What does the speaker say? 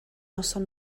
noson